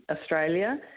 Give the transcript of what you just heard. Australia